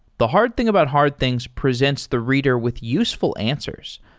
the hard thing about hard things presents the reader with useful answers,